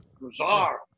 bizarre